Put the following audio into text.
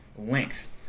length